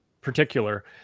particular